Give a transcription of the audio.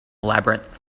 labyrinth